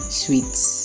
sweets